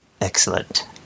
Excellent